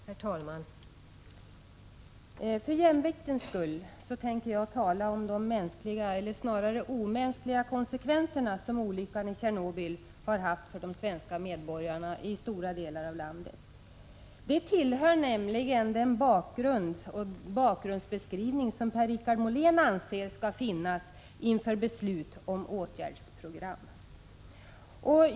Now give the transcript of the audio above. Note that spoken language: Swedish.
Herr talman! För jämviktens skull tänker jag tala om de mänskliga eller snarare omänskliga konsekvenser som olyckan i Tjernobyl har haft för de svenska medborgarna i stora delar av landet. Det tillhör nämligen den bakgrundsbeskrivning som Per-Richard Molén anser skall finnas inför beslut om åtgärdsprogram.